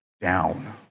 down